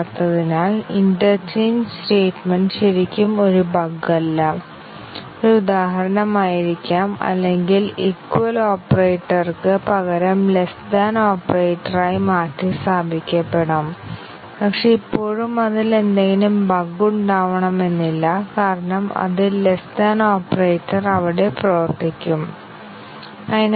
അതിനാൽ സോഫ്റ്റ്വെയർ വ്യവസായത്തിന്റെ ഭൂരിഭാഗവും എന്ന നിലയിൽ ധാരാളം ഉപയോക്താക്കൾ ഉപയോഗിക്കാൻ പോകുന്ന ഒരു പ്രോഗ്രാം നിങ്ങൾ പരീക്ഷിക്കുകയാണെങ്കിൽ രണ്ട് പ്രധാന സാങ്കേതിക വിദ്യകൾ ഉപയോഗിച്ച് അവർ അവരുടെ പ്രോഗ്രാം പരീക്ഷിക്കുന്നു MCDC ടെസ്റ്റിംഗ് പാത്ത് ടെസ്റ്റിംഗ്